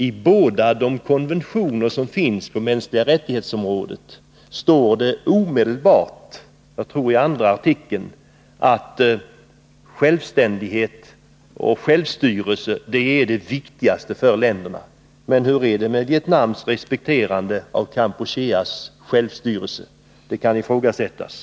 I början av båda de föreliggande konventionerna om mänskliga rättigheter står det — jag tror att det är i andra artikeln — att självständighet och självstyrelse är det viktigaste för länderna. Hur är det med Vietnams respekterande av Kampucheas självstyrelse? — det kan ifrågasättas.